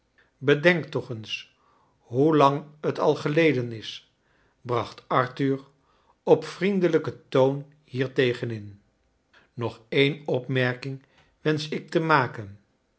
bedenk toch eens hoe lang het al geleden is bracht arthur op vriendellijken toon hiertegen in nog een opmerking wensch ik te ma